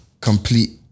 complete